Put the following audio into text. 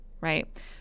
right